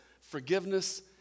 forgiveness